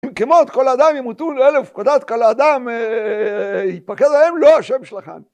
אם כמות את כל האדם ימותון אלה ופקודת כל האדם יפקד להם, לא השם שלחני.